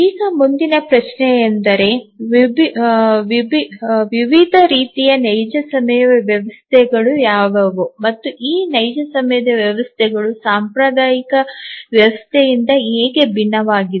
ಈಗ ಮುಂದಿನ ಪ್ರಶ್ನೆಯೆಂದರೆ ವಿವಿಧ ರೀತಿಯ ನೈಜ ಸಮಯ ವ್ಯವಸ್ಥೆಗಳು ಯಾವುವು ಮತ್ತು ಈ ನೈಜ ಸಮಯ ವ್ಯವಸ್ಥೆಗಳು ಸಾಂಪ್ರದಾಯಿಕ ವ್ಯವಸ್ಥೆಯಿಂದ ಹೇಗೆ ಭಿನ್ನವಾಗಿವೆ